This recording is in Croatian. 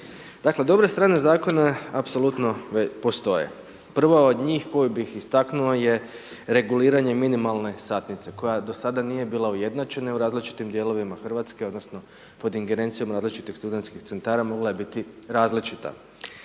Dakle dobre strane zakona apsolutno postoje. Prva od njih koju bi istaknuo je reguliranje minimalne satnice koja do sada nije bila ujednačena u različitim dijelovima Hrvatske odnosno pod ingerencijom različitih studentskih centara mogla je biti različita.